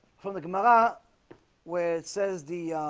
from the camera where it says the